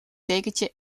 dekentje